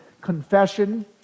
confession